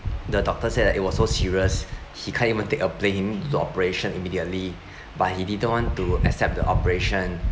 the doctor say that it was so serious he can't even take a plane to do operation immediately but he didn't want to accept the operation